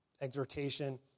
exhortation